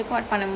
mm